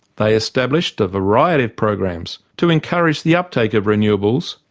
they established a variety of programs to encourage the uptake of renewables,